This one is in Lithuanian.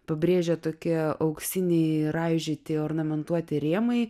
pabrėžia tokie auksiniai raižyti ornamentuoti rėmai